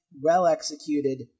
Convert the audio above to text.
well-executed